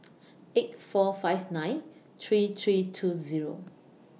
eight four five nine three three two Zero